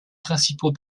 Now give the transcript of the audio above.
principaux